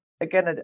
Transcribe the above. again